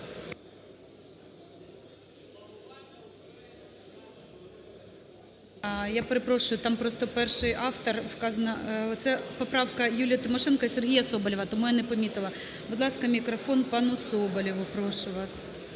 Я перепрошую, там просто перший автор вказано… це поправка Юлії Тимошенко і Сергія Соболєва, тому я не помітила. Будь ласка, мікрофон пану Соболєву. Прошу вас.